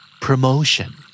Promotion